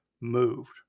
moved